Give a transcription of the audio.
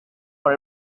for